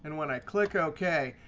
and when i click ok,